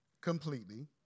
completely